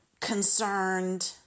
concerned